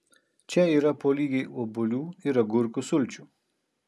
čia yra po lygiai obuolių ir agurkų sulčių